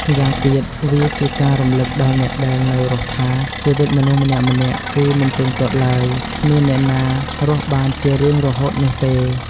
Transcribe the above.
ម្យ៉ាងទៀត វាជាការរំលឹកដល់អ្នកដែលនៅរស់ថា ជីវិតមនុស្សម្នាក់ៗគឺមិនទៀងទាត់ឡើយ គ្មានអ្នកណារស់បានជារៀងរហូតនោះទេ។